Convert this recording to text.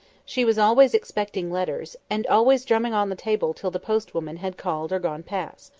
she was always expecting letters, and always drumming on the table till the post-woman had called or gone past.